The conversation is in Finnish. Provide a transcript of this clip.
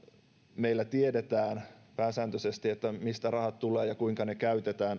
meillä tiedetään pääsääntöisesti mistä rahat tulevat ja kuinka ne käytetään